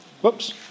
Whoops